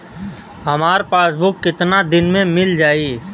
हमार पासबुक कितना दिन में मील जाई?